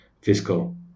fiscal